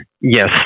Yes